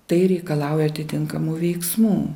tai reikalauja atitinkamų veiksmų